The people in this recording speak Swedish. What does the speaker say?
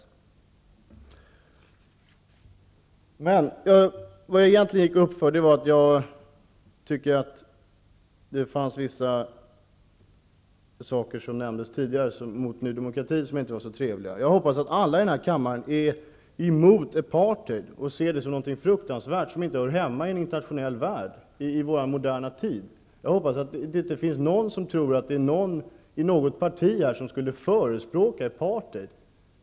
Anledningen till att jag egentligen gick upp var att det sades vissa saker mot Ny demokrati som inte var så trevliga. Jag hoppas att alla i denna kammare är emot apartheid och ser det som någonting fruktansvärt som inte hör hemma i en internationell värld i vår moderna tid. Jag hoppas att det inte finns någon i något parti som skulle förespråka apartheid.